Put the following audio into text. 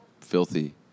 filthy